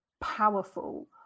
powerful